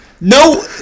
No